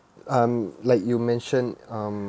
um like you mention um